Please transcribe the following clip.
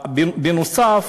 בנוסף,